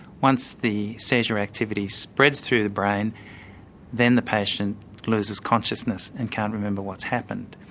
once the seizure activity spreads through the brain then the patient loses consciousness and can't remember what's happened.